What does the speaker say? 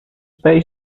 pés